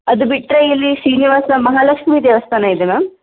ಅದು ಬಿಟ್ಟರೆ ಇಲ್ಲಿ ಶ್ರೀನಿವಾಸ ಮಹಾಲಕ್ಷ್ಮೀ ದೇವಸ್ಥಾನ ಇದೆ ಮ್ಯಾಮ್